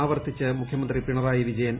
ആവർത്തിച്ച് മുഖ്യമന്ത്രി പിണറായി വിജയൻ